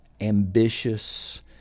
ambitious